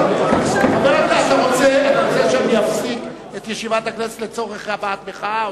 חבר הכנסת רוצה שאני אפסיק את ישיבת הכנסת לצורך הבעת מחאה,